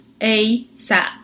ASAP